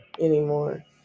anymore